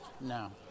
no